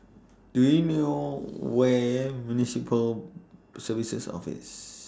Do YOU know Where Municipal Services Office